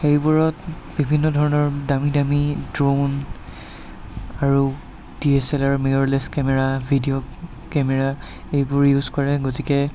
সেইবোৰত বিভিন্ন ধৰণৰ দামী দামী ড্ৰ'ণ আৰু D S L R mirrorless camera video camera এইবোৰ ইউজ কৰে গতিকে